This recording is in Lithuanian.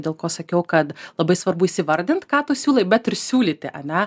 dėl ko sakiau kad labai svarbu įsivardint ką tu siūlai bet ir siūlyti ane